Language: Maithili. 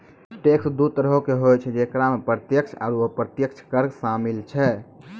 टैक्स दु तरहो के होय छै जेकरा मे प्रत्यक्ष आरू अप्रत्यक्ष कर शामिल छै